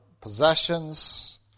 possessions